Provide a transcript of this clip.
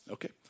Okay